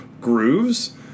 grooves